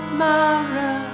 mara